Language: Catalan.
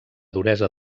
duresa